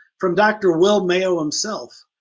from dr. will mayo himself.